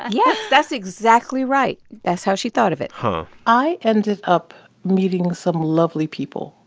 ah yes. that's exactly right. that's how she thought of it huh i ended up meeting some lovely people,